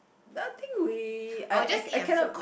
I think we I I cannot